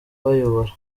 bayobora